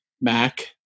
Mac